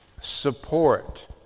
support